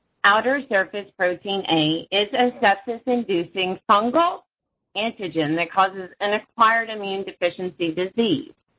outer surface protein a is a sepsis-inducing fungal antigen that causes an acquired immune deficiency disease.